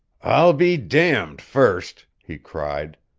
i'll be damned first! he cried.